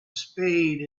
spade